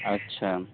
আচ্ছা